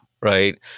right